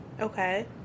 Okay